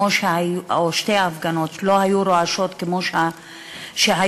או שתי ההפגנות לא היו רועשות כמו שהיו,